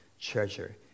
treasure